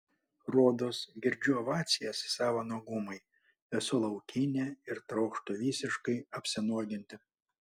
rodos girdžiu ovacijas savo nuogumui esu laukinė ir trokštu visiškai apsinuoginti